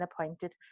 appointed